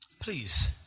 Please